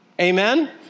Amen